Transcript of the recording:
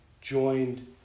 joined